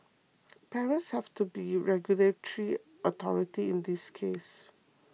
parents have to be regulatory authority in this case